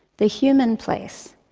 the human place,